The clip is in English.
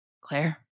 Claire